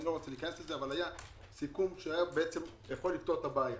היה סיכום שהיה יכול לפתור את הבעיה